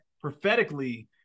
prophetically